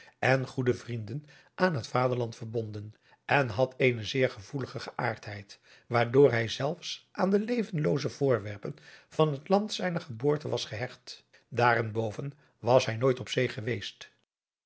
en goede vrienden aan het vaderland verbonden en had eene zeer gevoelige geaardheid waardoor hij zelfs aan de levenlooze voorwerpen van het land zijner geboorte was gehecht daarenboven was hij nooit op zee geweest